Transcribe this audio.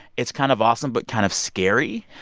it's kind of awesome but kind of scary.